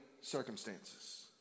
circumstances